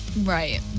Right